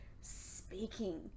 speaking